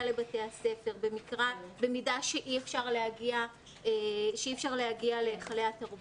לבתי הספר במידה שאי אפשר להגיע להיכלי התרבות.